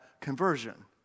conversion